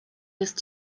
jest